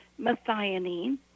methionine